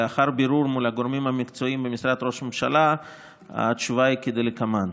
אני כמובן עונה בשם ראש הממשלה על השאילתה הזאת,